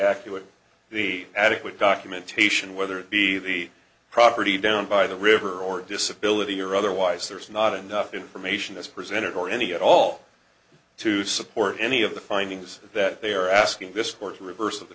accurate the adequate documentation whether it be the property down by the river or disability or otherwise there's not enough information is presented or any at all to support any of the findings that they are asking this court to reverse